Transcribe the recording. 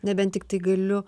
nebent tiktai galiu